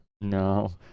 No